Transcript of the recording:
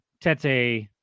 Tete